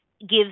gives